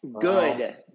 good